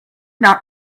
not